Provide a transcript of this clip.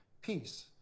peace